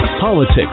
politics